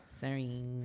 Sorry